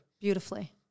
beautifully